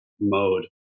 mode